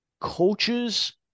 coaches